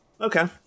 okay